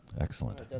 Excellent